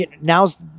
now's